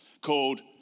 called